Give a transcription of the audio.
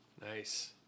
Nice